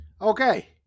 Okay